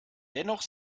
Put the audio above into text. dennoch